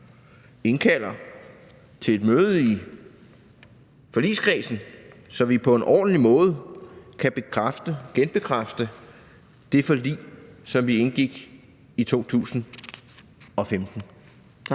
indkalder til et møde i forligskredsen, så vi på en ordentlig måde kan bekræfte og genbekræfte det forlig, som vi indgik i 2015.